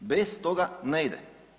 Bez toga ne ide.